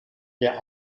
der